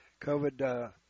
COVID